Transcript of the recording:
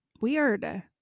Weird